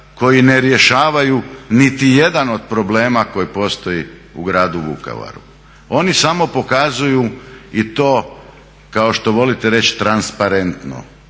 koji ne rješavaju nitijedan od problema koji postoji u gradu Vukovaru. Oni samo pokazuju i to kao što volite reći transparentno,